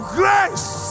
grace